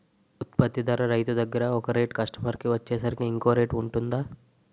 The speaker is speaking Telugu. ఉత్పత్తి ధర రైతు దగ్గర ఒక రేట్ కస్టమర్ కి వచ్చేసరికి ఇంకో రేట్ వుంటుందా?